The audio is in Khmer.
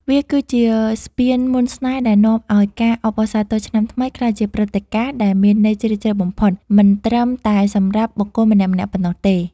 វាគឺជាស្ពានមន្តស្នេហ៍ដែលនាំឱ្យការអបអរសាទរឆ្នាំថ្មី ក្លាយជាព្រឹត្តិការណ៍ដែលមានន័យជ្រាលជ្រៅបំផុត មិនត្រឹមតែសម្រាប់បុគ្គលម្នាក់ៗប៉ុណ្ណោះទេ។